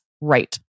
right